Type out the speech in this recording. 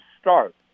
start